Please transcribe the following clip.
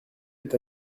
est